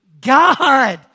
God